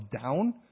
down